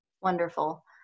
Wonderful